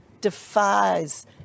defies